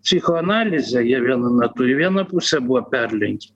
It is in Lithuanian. psichoanalize jie vienu metu į vieną pusę buvo perlenkę